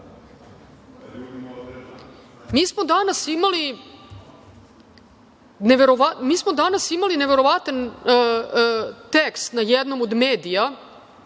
smo danas imali neverovatan tekst na jednom od medija